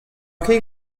ket